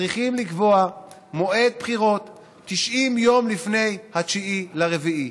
צריכים לקבוע מועד בחירות 90 יום לפני 9 באפריל,